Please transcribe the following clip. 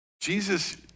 Jesus